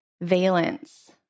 valence